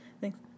Thanks